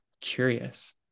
curious